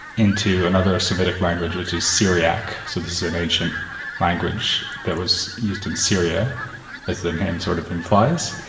into another semitic language, which is syriac, so this is an ancient language that was used in syria as the name sort of implies,